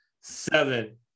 seven